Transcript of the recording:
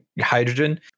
hydrogen